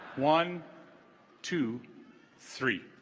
one two three